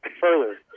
further